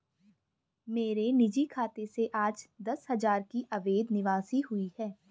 मेरे निजी खाते से आज दस हजार की अवैध निकासी हुई है